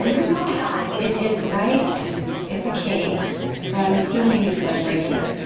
there's no dot. it is right it's a cape so i'm assuming it's like right here.